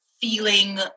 feeling